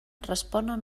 responen